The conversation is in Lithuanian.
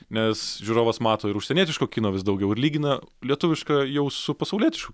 nes žiūrovas mato ir užsienietiško kino vis daugiau ir lygina lietuvišką jau su pasaulietišku